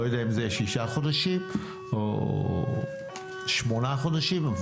לא יודע אם זה שישה חודשים או שמונה חודשים.